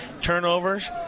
turnovers